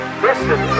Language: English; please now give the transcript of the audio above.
listen